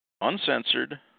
uncensored